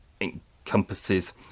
encompasses